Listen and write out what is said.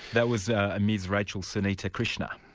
that was a ms rachel sunita krishna?